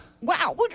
wow